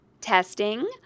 testing